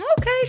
Okay